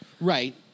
right